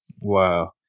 Wow